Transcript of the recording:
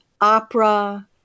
opera